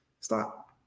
Stop